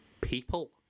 People